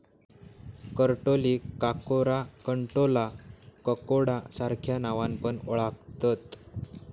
करटोलीक काकोरा, कंटॉला, ककोडा सार्ख्या नावान पण ओळाखतत